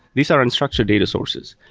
these are unstructured data sources.